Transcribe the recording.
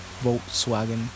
Volkswagen